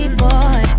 boy